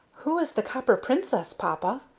who is the copper princess, papa?